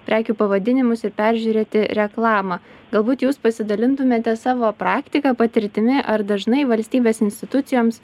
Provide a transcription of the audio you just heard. prekių pavadinimus ir peržiūrėti reklamą galbūt jūs pasidalintumėte savo praktika patirtimi ar dažnai valstybės institucijoms